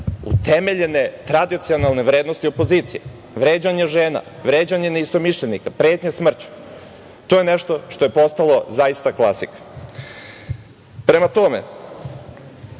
utemeljene tradicionalne vrednosti opozicije. Vređanje žena, vređanje neistomišljenika, pretnja smrću, to je nešto što je postalo zaista klasika. Prema tome,